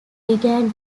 began